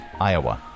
Iowa